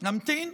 נמתין.